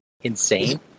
insane